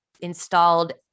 installed